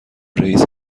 رئیس